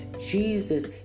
Jesus